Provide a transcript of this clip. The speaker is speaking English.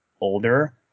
older